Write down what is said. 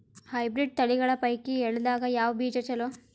Hybrid ತಳಿಗಳ ಪೈಕಿ ಎಳ್ಳ ದಾಗ ಯಾವ ಬೀಜ ಚಲೋ?